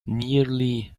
nearly